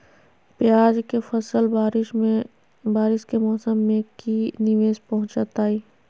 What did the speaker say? प्याज के फसल बारिस के मौसम में की निवेस पहुचैताई?